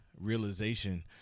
realization